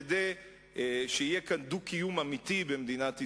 כדי שיהיה כאן דו-קיום אמיתי במדינת ישראל.